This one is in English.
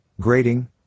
grating